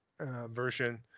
version